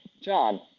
John